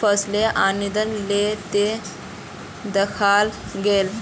फलेर आनंद ले त दखाल गेले